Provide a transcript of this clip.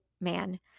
man